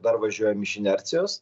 dar važiuojam iš inercijos